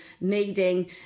needing